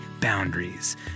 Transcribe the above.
boundaries